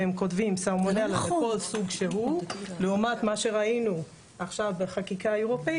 והם כותבים סלמונלה מכל סוג שהוא לעומת מה שראינו עכשיו בחקיקה האירופית